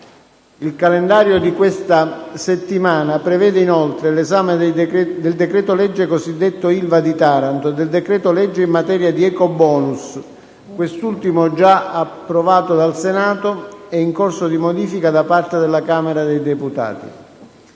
Il calendario di questa settimana prevede inoltre l’esame del decretolegge cosiddetto Ilva di Taranto e del decreto-legge in materia di ecobonus, quest’ultimo giaapprovata dal Senato e in corso di modifica da parte della Camera dei deputati.